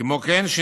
כמו כן,